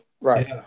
right